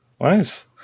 Nice